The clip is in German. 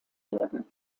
werden